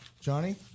Johnny